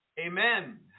amen